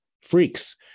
freaks